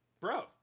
bro